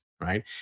right